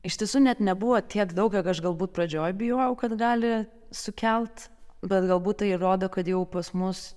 iš tiesų net nebuvo tiek daug kiek aš galbūt pradžioj bijojau kad gali sukelt bet galbūt tai ir rodo kad jau pas mus